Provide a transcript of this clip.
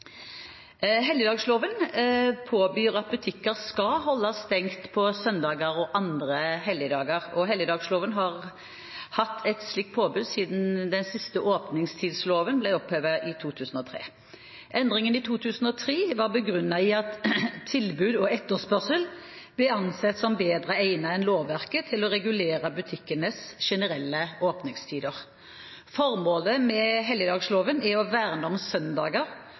Helligdagsloven påbyr at butikker skal holde stengt på søndager og andre helligdager. Helligdagsloven har hatt et slikt påbud siden den siste åpningstidsloven ble opphevet i 2003. Endringen i 2003 var begrunnet i at tilbud og etterspørsel ble ansett som bedre egnet enn lovverket til å regulere butikkenes generelle åpningstider. Formålet med helligdagsloven er å verne om søndager